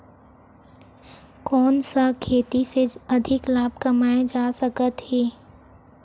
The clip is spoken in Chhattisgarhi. कोन सा खेती से अधिक लाभ कमाय जा सकत हे?